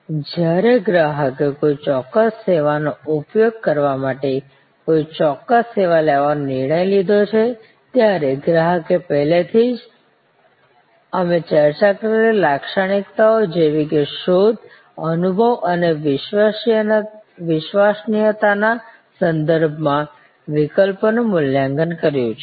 જ્યારે ગ્રાહકે કોઈ ચોક્કસ સેવાનો ઉપયોગ કરવા માટે કોઈ ચોક્કસ સેવા લેવાનો નિર્ણય લીધો હોય ત્યારે ગ્રાહકે પહેલાથી જ અમે ચર્ચા કરેલી લાક્ષણિક્તાઓ જેવી કે શોધ અનુભવ અને વિશ્વસનીયતા ના સંદર્ભમાં વિકલ્પોનું મૂલ્યાંકન કર્યું છે